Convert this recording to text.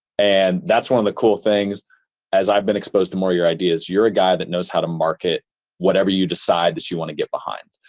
and that's one of the cool things as i've been exposed to more of your ideas. you're a guy that knows how to market whatever you decide that you want to get behind.